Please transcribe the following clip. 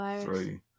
three